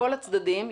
כל הצדדים,